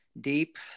deep